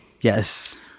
Yes